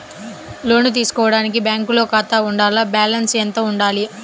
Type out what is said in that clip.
లోను తీసుకోవడానికి బ్యాంకులో ఖాతా ఉండాల? బాలన్స్ ఎంత వుండాలి?